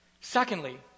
Secondly